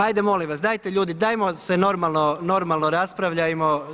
Ajde molim vas, dajte ljudi, ajmo se normalno raspravljajmo.